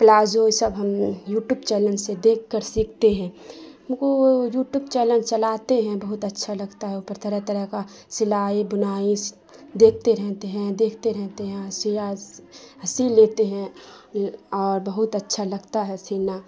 palazzo یہ سب ہم یو ٹیوب چینل سے دیکھ کر سیکھتے ہیں ہم کو یو ٹیوب چینل چلاتے ہیں بہت اچھا لگتا ہے اوپر طرح طرح کا سلائی بنائی دیکھتے رہتے ہیں دیکھتے رہتے ہیں سلا سی لیتے ہیں اور بہت اچھا لگتا ہے سینا